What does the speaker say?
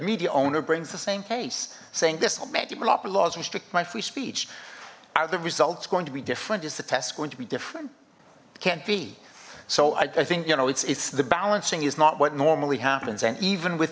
media owner brings the same case saying this i'm a developer laws restrict my free speech are the results going to be different is the test going to be different can't be so i think you know it's it's the balancing is not what normally happens and even with